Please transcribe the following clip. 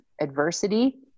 adversity